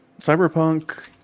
Cyberpunk